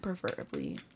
Preferably